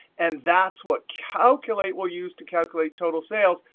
and that's what calculate we'll use to calculate total sales.